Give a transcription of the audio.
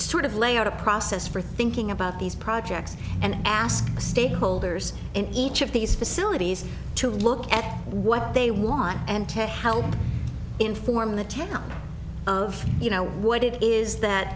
sort of lay out a process for thinking about these projects and ask the stakeholders in each of these facilities to look at what they want and to help inform the town of you know what it is that